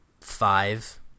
five